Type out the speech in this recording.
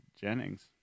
Jennings